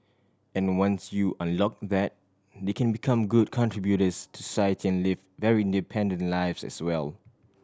and once you unlock that they can become good contributors to society and live very independent lives as well